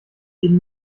eben